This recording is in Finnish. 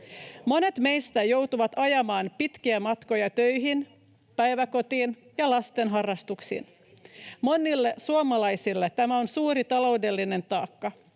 Monet meistä joutuvat ajamaan pitkiä matkoja töihin, päiväkotiin ja lasten harrastuksiin. Monille suomalaisille tämä on suuri taloudellinen taakka.